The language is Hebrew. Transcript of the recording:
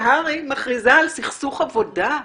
שהר"י מכריזה על סכסוך עבודה,